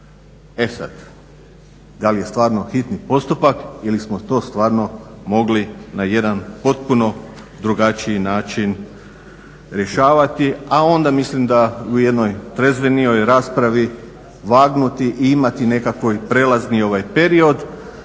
E sada, da li je stvarno hitni postupak ili smo to stvarno mogli na jedan potpuno drugačiji način rješavati. A onda mislim da u jednoj trezvenijoj raspravi vagnuti i imati nekakvi prijelazni period